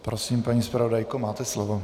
Prosím, paní zpravodajko, máte slovo.